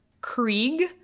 Krieg